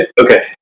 Okay